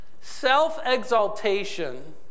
Self-exaltation